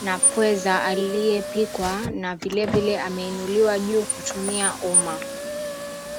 na pweza aliye pikwa na vilivile ameinuliwa juu kutumia uma.